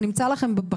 זה נמצא בחוק?